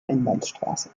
einbahnstraße